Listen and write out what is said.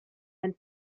and